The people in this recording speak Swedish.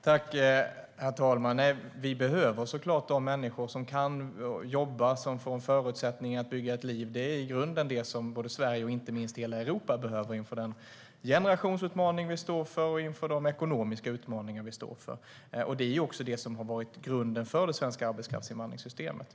Herr talman! Vi behöver såklart de människor som kan jobba och får förutsättningar att bygga ett liv. Det är i grunden det som Sverige och inte minst hela Europa behöver inför den generationsutmaning som vi står inför och inför de ekonomiska utmaningar som vi står inför. Det är också det som har varit grunden för det svenska arbetskraftsinvandringssystemet.